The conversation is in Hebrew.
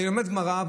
אני לומד גמרא,